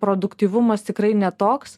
bet produktyvumas tikrai ne toks